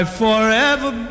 forever